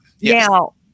now